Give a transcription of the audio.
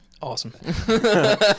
Awesome